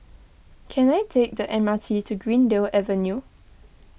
can I take the M R T to Greendale Avenue